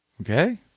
Okay